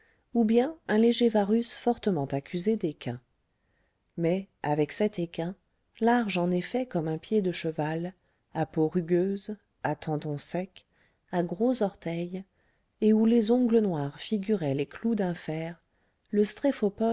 ou bien un léger varus fortement accusé d'équin mais avec cet équin large en effet comme un pied de cheval à peau rugueuse à tendons secs à gros orteils et où les ongles noirs figuraient les clous d'un fer le